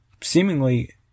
seemingly